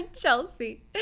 Chelsea